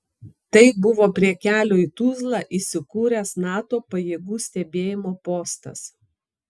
tai buvo prie kelio į tuzlą įsikūręs nato pajėgų stebėjimo postas